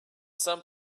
some